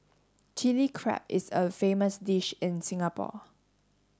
Chilli Crab is a famous dish in Singapore